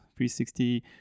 360